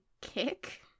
kick